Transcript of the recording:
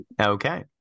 Okay